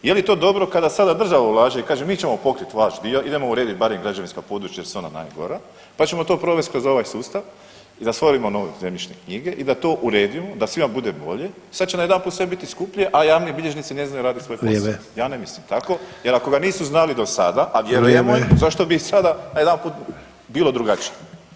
Je li to dobro kada sada država ulaže i kaže mi ćemo pokrit vaš dio idemo uredit barem građevinska područja jer su ona najgora pa ćemo to provesti kroz ovaj sustav i da stvorimo nove zemljišne knjige i da to uredimo da svima bude bolje, sad će najedanput biti skuplje, a javni bilježnici ne znaju raditi svoj posao [[Upadica: Vrijeme.]] Ja ne mislim tako jer ako ga nisu znali dosada [[Upadica: Vrijeme.]] a vjerujemo im zašto bi sada najedanput bilo drugačije.